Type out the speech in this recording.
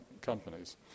companies